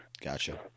Gotcha